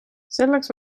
selleks